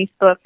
Facebook